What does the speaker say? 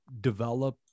develop